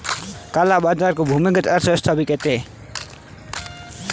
काला बाजार को भूमिगत अर्थव्यवस्था भी कहते हैं